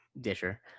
Disher